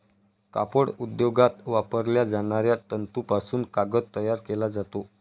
कापड उद्योगात वापरल्या जाणाऱ्या तंतूपासून कागद तयार केला जातो